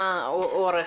מה האורך?